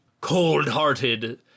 cold-hearted